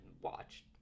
watched